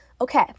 okay